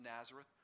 Nazareth